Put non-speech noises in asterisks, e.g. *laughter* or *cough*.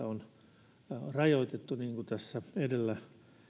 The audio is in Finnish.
*unintelligible* on rajoitettu niin kuin tässä edellä